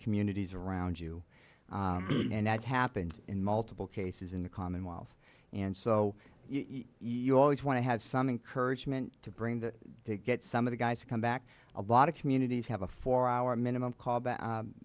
communities around you and that happens in multiple cases in the commonwealth and so you always want to have some encourage men to bring that they get some of the guys to come back a lot of communities have a four hour minimum